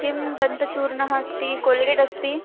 किं दन्तचूर्णमस्ति कोल्गेटस्ति